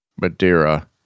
Madeira